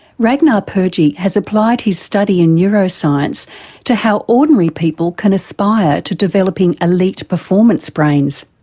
ragnar purje has applied his study in neuroscience to how ordinary people can aspire to developing elite performance brains.